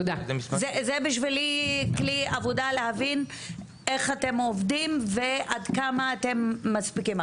זה בשבילי כלי עבודה להבין איך אתם עובדים ועד כמה אתם מספיקים.